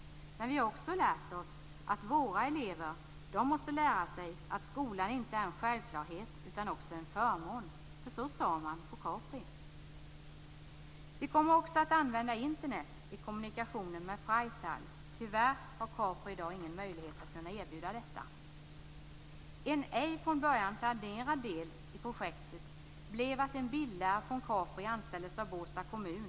Men vi har också lärt oss att våra elever måste lära sig att skolan inte är en självklarhet, utan också en förmån, för så sade man på Capri. Vi kommer också att använda Internet i kommunikationen med Freital. Tyvärr har Capri i dag ingen möjlighet att erbjuda detta. En ej från början planerad del i projektet var att en bildlärare från Capri anställdes av Båstad kommun.